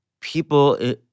people